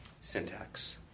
syntax